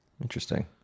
Interesting